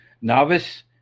Novice